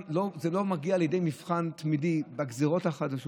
זה לא מגיע לידי מבחן תמידי בגזרות החדשות,